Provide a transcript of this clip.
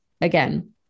again